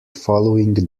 following